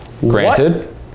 Granted